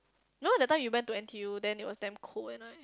you know that time you went to N_T_U then it was damn cold at night